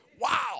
Wow